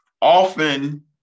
often